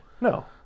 No